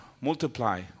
multiply